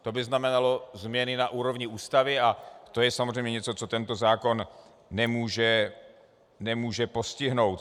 To by znamenalo změny na úrovni Ústavy a to je samozřejmě něco, co tento zákon nemůže postihnout.